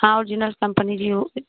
हाँ original company Vivo